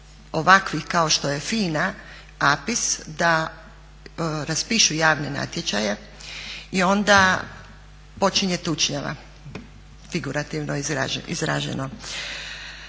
ovakvih kao što je FINA, APIS da raspišu javne natječaje i onda počinje tučnjava figurativno izraženo.